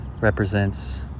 represents